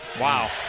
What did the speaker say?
Wow